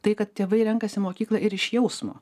tai kad tėvai renkasi mokyklą ir iš jausmo